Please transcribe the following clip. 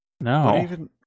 No